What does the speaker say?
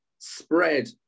spread